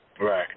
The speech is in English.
right